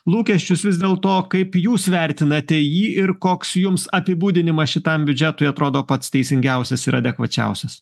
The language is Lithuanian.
lūkesčius vis dėl to kaip jūs vertinate jį ir koks jums apibūdinimas šitam biudžetui atrodo pats teisingiausias ir adekvačiausias